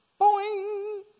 boing